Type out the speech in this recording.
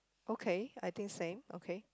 okay I think same okay